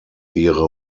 ihre